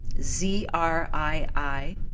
Z-R-I-I